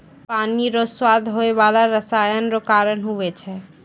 पानी रो स्वाद होय बाला रसायन रो कारण हुवै छै